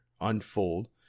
unfold